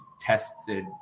tested